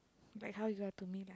like how you are to me lah